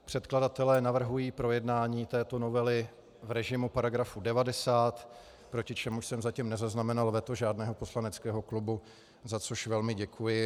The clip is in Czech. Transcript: Předkladatelé navrhují projednání této novely v režimu § 90, proti čemuž jsem zatím nezaznamenal veto žádného poslaneckého klubu, za což velmi děkuji.